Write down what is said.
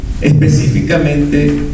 específicamente